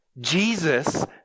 Jesus